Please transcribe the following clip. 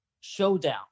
showdown